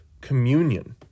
communion